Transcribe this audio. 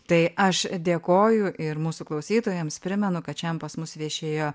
tai aš dėkoju ir mūsų klausytojams primenu kad šian pas mus viešėjo